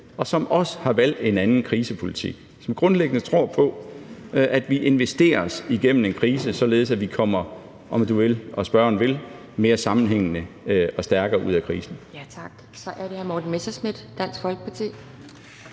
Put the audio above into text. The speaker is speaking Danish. og som også har valgt en anden krisepolitik, og som grundlæggende tror på, at vi investerer os igennem en krise, således at vi kommer, om spørgeren vil, mere sammenhængende og stærkere ud af krisen.